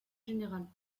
général